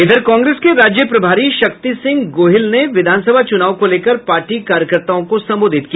इधर कांग्रेस के राज्य प्रभारी शक्ति सिंह गोहिल ने विधान सभा चुनाव को लेकर पार्टी कार्यकर्ताओं को संबोधित किया